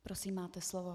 Prosím, máte slovo.